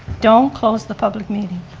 don't close the public meeting,